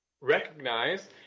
recognize